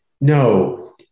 no